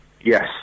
Yes